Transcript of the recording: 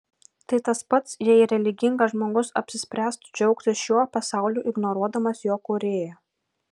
tai tas pats jei religingas žmogus apsispręstų džiaugtis šiuo pasauliu ignoruodamas jo kūrėją